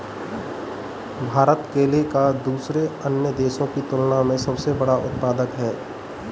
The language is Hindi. भारत केले का दूसरे अन्य देशों की तुलना में सबसे बड़ा उत्पादक है